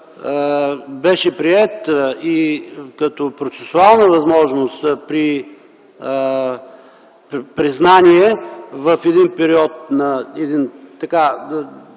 беше приет и като процесуална възможност при признание в един период, бих казал,